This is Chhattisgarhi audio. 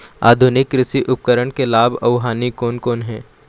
आधुनिक कृषि उपकरण के लाभ अऊ हानि कोन कोन हे?